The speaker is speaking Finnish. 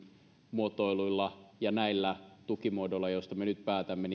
muotoiluilla ja näillä tukimuodoilla joista me nyt päätämme